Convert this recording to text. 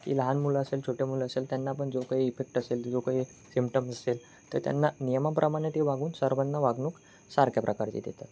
की लहान मुलं असेल छोटे मुलं असेल त्यांना पण जो काही इफेक्ट असेल जो काही सिम्प्टम्स असेल तर त्यांना नियमाप्रमाणे ते वागून सर्वांना वागणूक सारख्या प्रकारची देतात